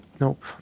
Nope